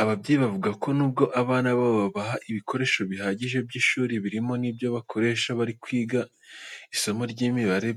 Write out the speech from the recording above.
Ababyeyi bavuga ko nubwo abana babo babaha ibikoresho bihagije by'ishuri birimo n'ibyo bakoresha bari kwiga isomo ry'imibare